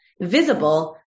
visible